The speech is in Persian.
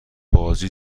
باز